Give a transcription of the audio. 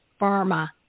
pharma